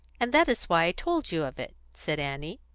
and that is why i told you of it, said annie.